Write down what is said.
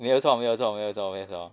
没有错没有错没有错没有错